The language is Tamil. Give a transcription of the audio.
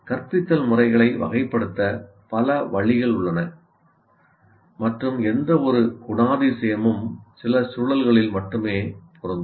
கற்பித்தல் முறைகளை வகைப்படுத்த பல வழிகள் உள்ளன மற்றும் எந்தவொரு குணாதிசயமும் சில சூழல்களில் மட்டுமே பொருந்தும்